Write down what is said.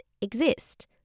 exist